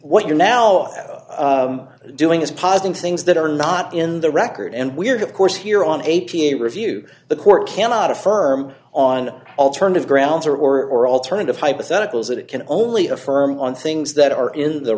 what you're now doing is positing things that are not in the record and weird of course here on a p a review the court cannot affirm on alternative grounds or or alternative hypotheticals that it can only affirm on things that are in the